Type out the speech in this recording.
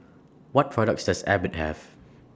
What products Does Abbott Have